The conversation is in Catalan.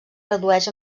redueix